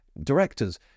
directors